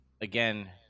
again